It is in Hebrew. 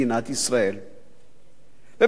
ובצדק, ישראל אל מול כל העולם.